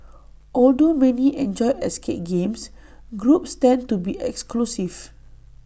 although many enjoy escape games groups tend to be exclusive